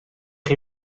chi